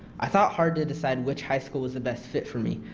i thought hard to decide which high school is the best fit for me.